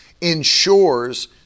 Ensures